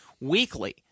weekly